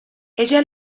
ella